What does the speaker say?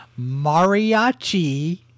mariachi